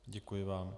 Děkuji vám.